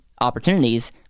opportunities